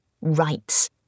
rights